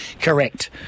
correct